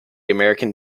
american